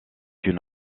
une